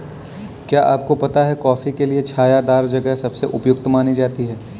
क्या आपको पता है कॉफ़ी के लिए छायादार जगह सबसे उपयुक्त मानी जाती है?